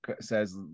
says